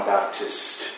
Baptist